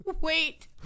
wait